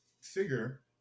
figure